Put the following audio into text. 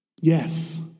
Yes